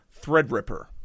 Threadripper